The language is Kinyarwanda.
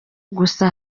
gusa